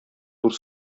зур